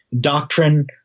doctrine